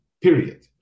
period